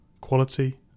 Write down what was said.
Quality